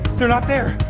they're not there.